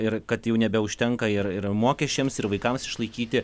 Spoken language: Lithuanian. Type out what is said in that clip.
ir kad jau nebeužtenka ir ir mokesčiams ir vaikams išlaikyti